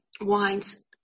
wines